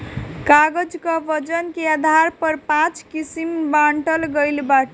कागज कअ वजन के आधार पर पाँच किसिम बांटल गइल बाटे